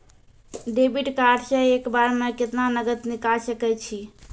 Debit card से एक बार मे केतना नगद निकाल सके छी?